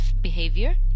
behavior